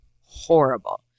horrible